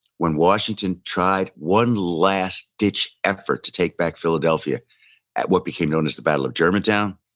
when washington tried one last ditch effort to take back philadelphia at what became known as the battle of germantown,